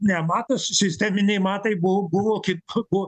nemato sisteminiai matai bu buvo kit buvo